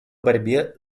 борьбе